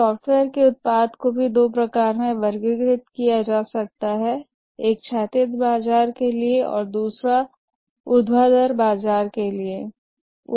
software के उत्पाद प्रकार को भी दो प्रकारों में वर्गीकृत किया जा सकता है एक क्षैतिज बाजार के लिए है और दूसरा ऊर्ध्वाधर बाजार के लिए है